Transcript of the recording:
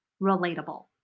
relatable